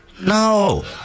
No